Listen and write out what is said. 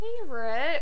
favorite